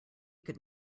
could